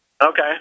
Okay